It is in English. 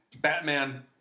Batman